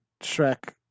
Shrek